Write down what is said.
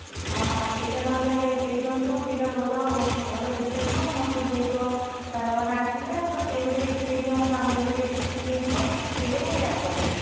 ହଁ ହଁ ସେହିଟା ନହେଲେ ଦେଇଦିଅନ୍ତୁ ସେହିଟା ଭଲ ହେବ ଭଲ ଦେଖାଯିବ ମୁଁ ତ ବହୁତ ସାଙ୍ଗମାନେ ଆସିବେ ତ ସେ ବି ଟିକେ ଖୁସି ହୋଇଯିବେ ମୋ ସାଙ୍ଗଟି ବି ଟିକେ ଖୁସି ହୋଇଯିବ ସେହିଟା ହିଁ ପ୍ୟାକ୍ କରିଦେବେ